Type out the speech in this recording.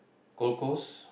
Gold Coast